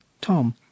Tom